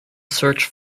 search